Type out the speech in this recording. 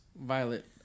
Violet